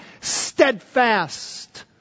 steadfast